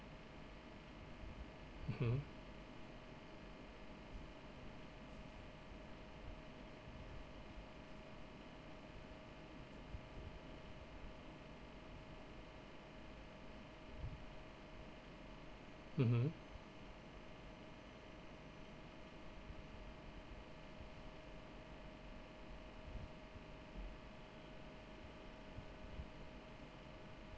mmhmm mmhmm